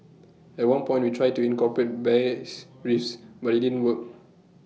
at one point we tried to incorporate bass riffs but IT didn't work